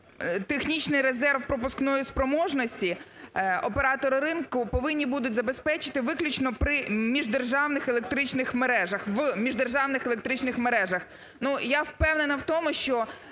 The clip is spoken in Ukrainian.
технічний резерв пропускної спроможності оператори ринку повинні будуть забезпечити виключно при міждержавних електричних мережах, в міждержавних